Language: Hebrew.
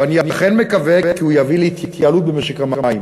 ואני אכן מקווה שהוא יביא להתייעלות במשק המים.